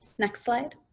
next slide.